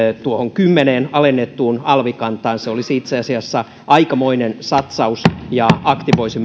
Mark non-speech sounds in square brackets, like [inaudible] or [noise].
kymmeneen alennettuun alvikantaan se olisi itse asiassa aikamoinen satsaus ja aktivoisi [unintelligible]